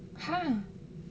!huh!